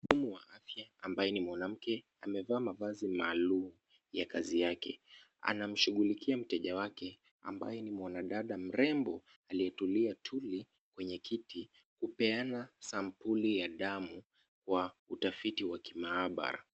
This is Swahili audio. Mhudumu wa afya ambaye ni mwanamke amevaa mavazi maalum ya kazi yake. Anamshughulika mteja wake ambaye ni mwanadada mrembo aliyetulia tuli kwenye kiti kupeanwa sampuli ya damu kwa utafiti wa kimaabara.